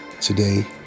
Today